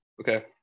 Okay